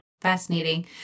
Fascinating